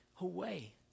away